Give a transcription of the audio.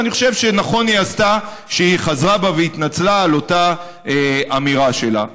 ואני חושב שנכון היא עשתה שהיא חזרה בה והתנצלה על אותה אמירה שלה.